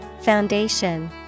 Foundation